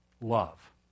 love